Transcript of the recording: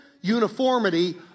uniformity